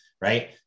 right